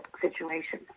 situation